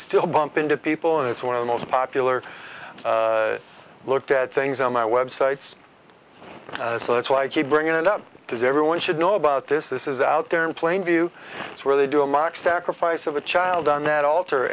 still bump into people and it's one of the most popular looked at things on my websites so that's why i keep bringing it up because everyone should know about this this is out there in plain view where they do a mock sacrifice of a child on that alt